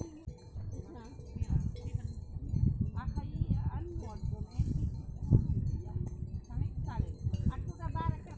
आयज कायल तो गराहक हर खाता खोले घनी अपन ईमेल आईडी देहे रथे जेम्हें बेंक हर ओखर ईमेल मे स्टेटमेंट भेज देथे